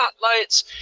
spotlights